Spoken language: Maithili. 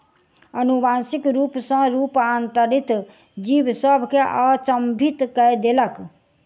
अनुवांशिक रूप सॅ रूपांतरित जीव सभ के अचंभित कय देलक